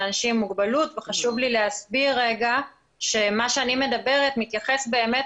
חשוב לי להסביר רגע שמה שאני מדברת מתייחס באמת